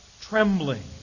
trembling